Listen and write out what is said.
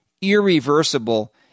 irreversible